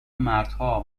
مردها